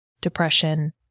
depression